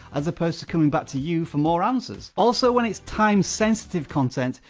as opposed to coming back to you for more answers. also, when it's time-sensitive content,